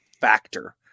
factor